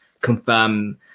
confirm